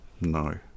no